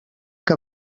que